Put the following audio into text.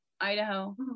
Idaho